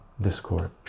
Discord